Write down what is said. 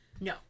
No